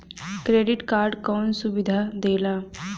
Credit card कौन सुबिधा देला?